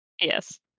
yes